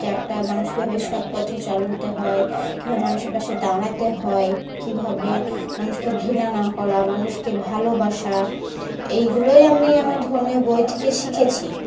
কী একটা মানুষ কীভাবে সৎপথে চলতে হয় কীভাবে মানুষের পাশে দাঁড়াতে হয় কীভাবে মানুষকে ঘৃণা না করা মানুষকে ভালোবাসা এইগুলোই আমি আমার ধর্মীয় বই থেকে শিখেছি